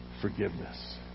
Forgiveness